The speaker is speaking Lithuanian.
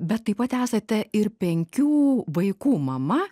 bet taip pat esate ir penkių vaikų mama